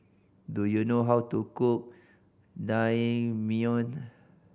do you know how to cook Naengmyeon